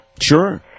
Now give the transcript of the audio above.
Sure